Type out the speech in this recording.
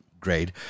grade